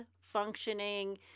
functioning